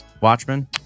Watchmen